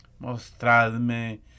Mostradme